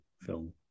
film